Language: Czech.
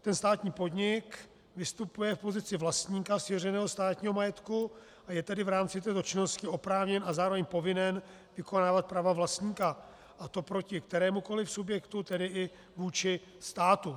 Ten státní podnik vystupuje v pozici vlastníka svěřeného státního majetku, a je tedy v rámci této činnosti oprávněn a zároveň povinen vykonávat práva vlastníka, a to proti kterémukoli subjektu, tedy i vůči státu.